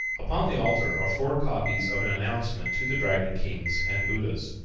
upon the altar are four copies of an announcement to the dragon kings and buddhas.